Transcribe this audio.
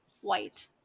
white